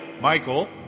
Michael